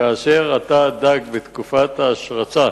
כאשר אתה דג בתקופת ההשרצה